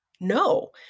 No